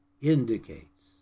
indicates